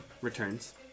returns